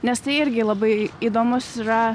nes tai irgi labai įdomus yra